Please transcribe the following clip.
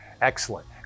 excellent